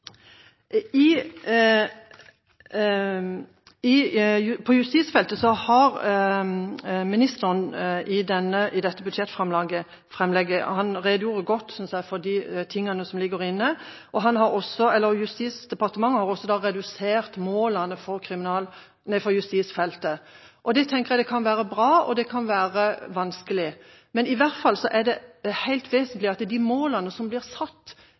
På justisfeltet har ministeren i dette budsjettframlegget redegjort godt for de tingene som ligger inne, og Justisdepartementet har også redusert målene for justisfeltet. Det tenker jeg kan være bra, og det kan være vanskelig. I hvert fall er det helt vesentlig at de målene som blir satt,